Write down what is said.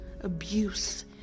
abuse